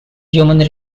human